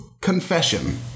confession